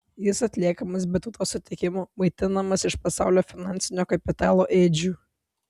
jis atliekamas be tautos sutikimo maitinamas iš pasaulio finansinio kapitalo ėdžių